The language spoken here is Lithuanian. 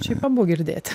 šiaip abu girdėti